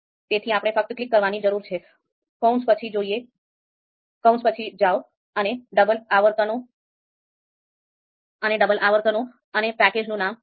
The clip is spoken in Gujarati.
તેથી આપણે ફક્ત ક્લિક કરવાની જરૂર છે કૌંસ પર જાઓ અને ડબલ અવતરણો અને પેકેજનું નામ વાપરો